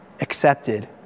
accepted